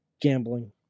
gambling